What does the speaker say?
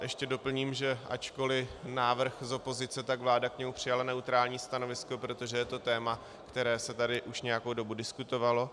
Ještě doplním, že ačkoliv návrh z opozice, tak vláda k němu přijala neutrální stanovisko, protože je to téma, které se tady už nějakou dobu diskutovalo.